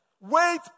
wait